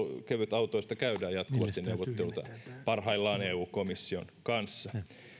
kevytautoista käydään parhaillaan neuvotteluita eu komission kanssa